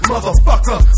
Motherfucker